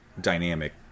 dynamic